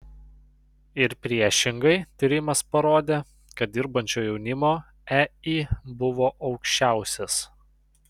ir priešingai tyrimas parodė kad dirbančio jaunimo ei buvo aukščiausias